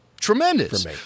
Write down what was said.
Tremendous